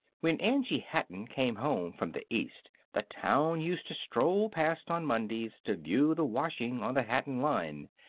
when angie hatton came home from the east the town used to stroll past on mondays to view the washing on the hatton line.